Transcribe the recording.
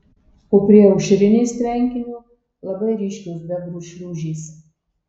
o prie aušrinės tvenkinio labai ryškios bebrų šliūžės